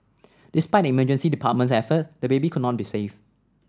despite the emergency department's effort the baby could not be saved